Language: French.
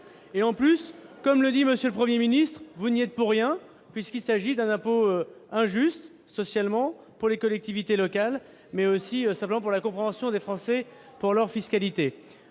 et en plus, comme le dit monsieur le 1er ministre vous n'y êtes pour rien puisqu'il s'agit d'un impôt injuste socialement pour les collectivités locales, mais aussi pour la compréhension des Français pour leur fiscalité